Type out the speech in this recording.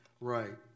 Right